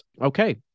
Okay